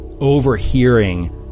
overhearing